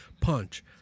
punch